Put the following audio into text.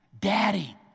daddy